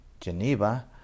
Geneva